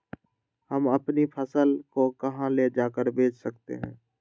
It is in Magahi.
हम अपनी फसल को कहां ले जाकर बेच सकते हैं?